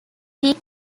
been